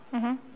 mmhmm